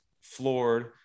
floored